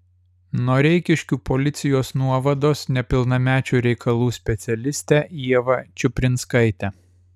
noreikiškių policijos nuovados nepilnamečių reikalų specialistę ievą čiuprinskaitę